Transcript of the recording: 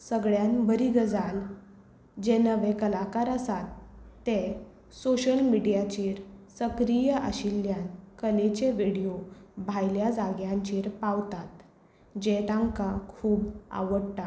सगळ्यान बरी गजाल जेन्ना वे कलाकार आसात ते सोशल मिडयाचेर सक्रीय आशिल्ल्यान कलेचे विडयो भायल्या जाग्यांचेर पावतात जे तांकां खूब आवडटा